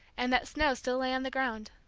and that snow still lay on the ground.